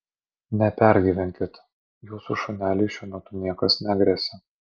nepergyvenkit jūsų šuneliui šiuo metu niekas negresia